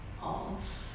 of